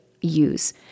use